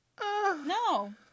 No